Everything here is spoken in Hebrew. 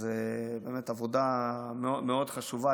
אז באמת זו עבודה מאוד חשובה,